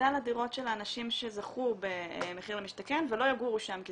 זה על הדירות של האנשים שזכו ב'מחיר למשתכן' ולא יגורו שם כי